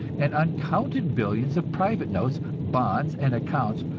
and uncounted billions of private notes, bonds and accounts,